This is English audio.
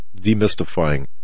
demystifying